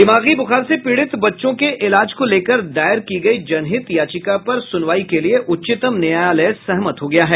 दिमागी ब्रुखार से पीड़ित बच्चों के इलाज को लेकर दायर की गयी जनहित याचिका पर सुनवाई के लिये उच्चतम न्यायालय सहमत हो गया है